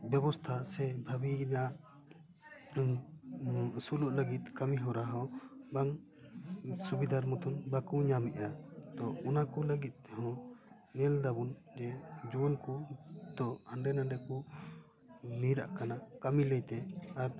ᱵᱮᱵᱚᱥᱛᱷᱟ ᱥᱮ ᱵᱷᱟᱵᱤᱭᱫᱟ ᱟᱥᱩᱞᱚᱜ ᱞᱟᱹᱜᱤᱫ ᱠᱟᱹᱢᱤ ᱦᱚᱨᱟ ᱦᱚᱸ ᱵᱟᱝ ᱥᱩᱵᱤᱫᱟᱨ ᱢᱚᱛᱚᱱ ᱵᱟᱠᱚ ᱧᱟᱢᱮᱜᱼᱟ ᱛᱚ ᱚᱱᱟ ᱠᱚ ᱞᱟᱹᱜᱤᱫ ᱦᱚᱸ ᱧᱮᱞ ᱫᱟᱵᱚᱱ ᱡᱮ ᱡᱩᱣᱟᱹᱱ ᱠᱚ ᱛᱚ ᱦᱟᱸᱰᱮ ᱱᱟᱰᱮ ᱠᱚ ᱧᱤᱨᱟᱜ ᱠᱟᱱᱟ ᱠᱟᱹᱢᱤ ᱞᱟᱹᱭᱛᱮ ᱟᱨ